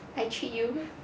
I treat you